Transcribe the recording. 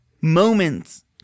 moments